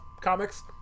comics